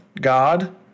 god